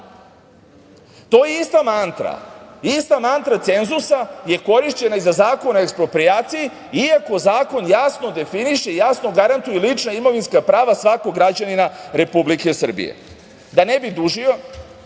je ista mantra, ista mantra cenzusa je korišćena i za Zakon o eksproprijaciji, iako zakon jasno definiše i jasno garantuje lična imovinska prava svakog građanina Republike Srbije. Da ne bih dužio,